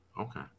Okay